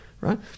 right